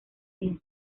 vince